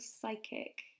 psychic